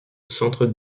centre